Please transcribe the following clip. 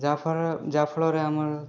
ଯାହାଫଳରେ ଯାହାଫଳରେ ଆମର